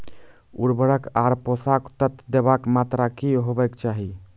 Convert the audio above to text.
उर्वरक आर पोसक तत्व देवाक मात्राकी हेवाक चाही?